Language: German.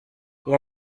wir